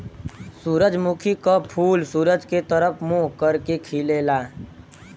सूरजमुखी क फूल सूरज के तरफ मुंह करके खिलला